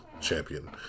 Champion